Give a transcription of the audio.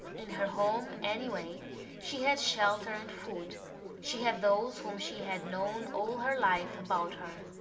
in her home anyway she had shelter and food she had those whom she had known all her life about her.